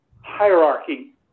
hierarchy